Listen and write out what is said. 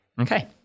Okay